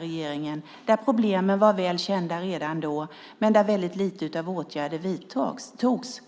regeringen. Problemen var väl kända redan då, men väldigt lite av åtgärder vidtogs.